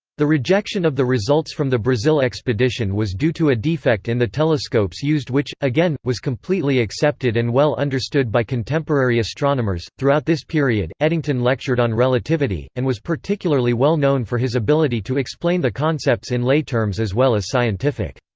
the rejection of the results from the brazil expedition was due to a defect in the telescopes used which, again, was completely accepted and well understood by contemporary astronomers throughout this period, eddington lectured on relativity, and was particularly well known for his ability to explain the concepts in lay terms as well as scientific.